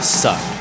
suck